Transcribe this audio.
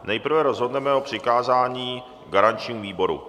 Nejprve rozhodneme o přikázání garančnímu výboru.